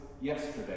yesterday